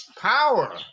power